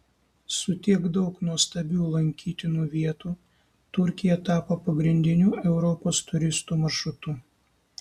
su tiek daug nuostabių lankytinų vietų turkija tapo pagrindiniu europos turistų maršrutu